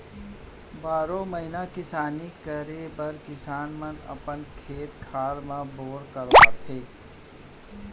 बारो महिना किसानी करे बर किसान मन अपन खेत खार म बोर करवाथे